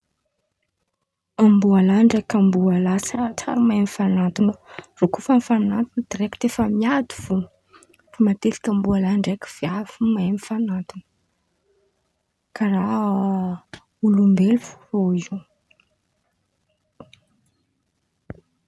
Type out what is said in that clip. Amboa lahy ndraiky amboa lahy tsy raha tsy mahay mifan̈aton̈a, irô koa fa mifan̈aton̈o direkity efa miady fo. Matetiky amboa lahy ndraiky viavy fo mahay mifan̈aton̈o karàha olombelo fo irô io.